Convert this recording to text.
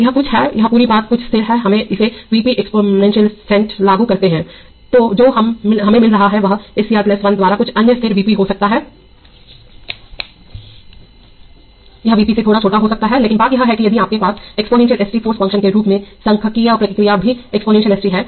यह कुछ है यह पूरी बात कुछ स्थिर है हम इसे Vp × एक्सपोनेंशियल सेंट लागू करते हैं जो हमें मिल रहा है वह S C R 1 द्वारा कुछ अन्य स्थिर Vp हो सकता है यह Vp से थोड़ा छोटा हो सकता है लेकिन बात यह है कि यदि आपके पास एक्सपोनेंशियल st फाॅर्स फंक्शन के रूप में सांख्यिकीय प्रतिक्रिया भी एक्सपोनेंशियल s t है